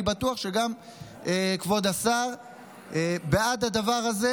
ואני בטוח שגם כבוד השר בעד הדבר הזה.